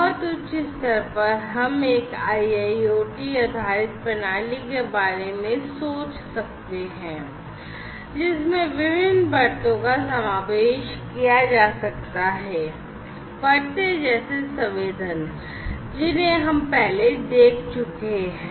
बहुत उच्च स्तर पर हम एक IIoT आधारित प्रणाली के बारे में सोच सकते हैं जिसमें विभिन्न परतों का समावेश किया जा सकता है परतें जैसे संवेदन जिन्हें हम पहले देख चुके हैं